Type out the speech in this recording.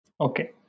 okay